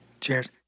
cheers